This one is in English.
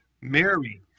Mary